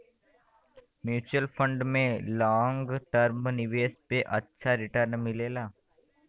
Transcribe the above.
mutual fund में long term निवेश पे अच्छा रीटर्न मिलला